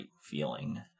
feeling